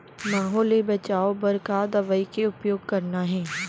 माहो ले बचाओ बर का दवई के उपयोग करना हे?